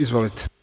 Izvolite.